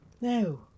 No